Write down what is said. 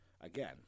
again